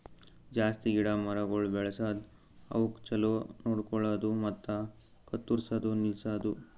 ಜಾಸ್ತಿ ಗಿಡ ಮರಗೊಳ್ ಬೆಳಸದ್, ಅವುಕ್ ಛಲೋ ನೋಡ್ಕೊಳದು ಮತ್ತ ಕತ್ತುರ್ಸದ್ ನಿಲ್ಸದು